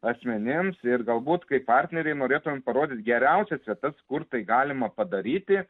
asmenims ir galbūt kaip partneriai norėtumėm parodyt geriausias vietas kur tai galima padaryti